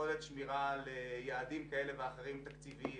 ושמירה על יעדי תקציב.